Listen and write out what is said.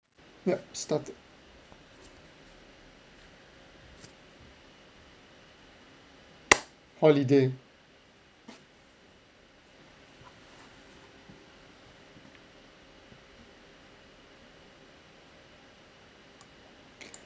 yup started holiday